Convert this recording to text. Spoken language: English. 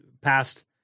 past